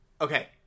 Okay